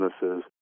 businesses